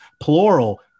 plural